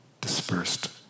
dispersed